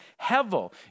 hevel